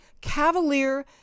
cavalier